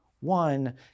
One